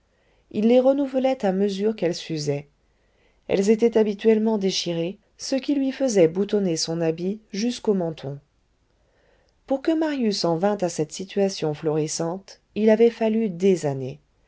il les renouvelait à mesure qu'elles s'usaient elles étaient habituellement déchirées ce qui lui faisait boutonner son habit jusqu'au menton pour que marius en vînt à cette situation florissante il avait fallu des années